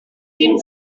seemed